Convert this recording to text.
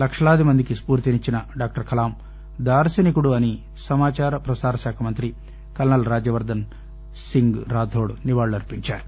లక్షలాది మందికి స్పూర్తినిచ్చిన డాక్టర్ కలాం దార్శనికుడు అని సమాచార ప్రసార శాఖ మంత్రి కల్న ల్ రాజ్యవర్దన్ సింగ్ రాథోడ్ నివాళులర్పించారు